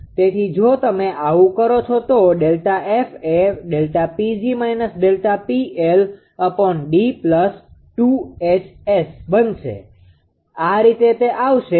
તેથી જો તમે આવું કરો છો તો Δf એ બનશે આ રીતે તે આવશે